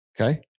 Okay